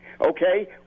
okay